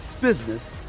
business